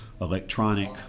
electronic